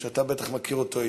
אתה בטח מכיר אותו היטב,